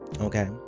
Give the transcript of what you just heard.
Okay